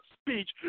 speech